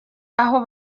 aho